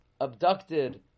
abducted